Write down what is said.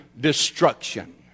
destruction